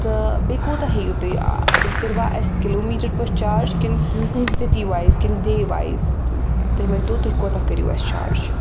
تہٕ بیٚیہِ کوٗتاہ ہیٚیِو تُہۍ تُہۍ کٔرِوٕ اَسہِ کِلوٗمیٖٹَر پٲٹھۍ چارٕج کِنہٕ سِٹی وایِز کِنہٕ ڈے وایِز تُہۍ ؤنۍ تو تُہۍ کوتاہ کٔرِو اَسہِ چارٕج